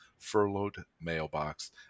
furloughedmailbox